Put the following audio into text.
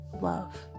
Love